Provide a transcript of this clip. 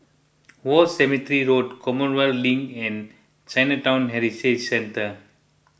War Cemetery Road Commonwealth Link and Chinatown Heritage Centre